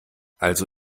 also